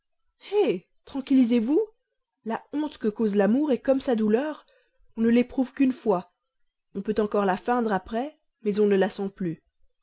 tranquillisez-vous la honte que cause l'amour est comme sa douleur on ne l'éprouve qu'une fois on peut encore la feindre après mais on ne la sent plus